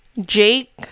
Jake